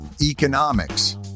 economics